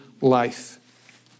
life